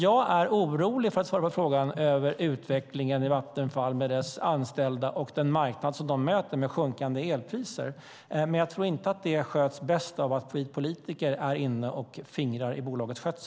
Jag är orolig över utvecklingen i Vattenfall med deras anställda och den marknad som de möter med sjunkande elpriser. Men jag tror inte att det sköts bäst av att vi politiker är inne och fingrar i bolagets skötsel.